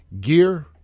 Gear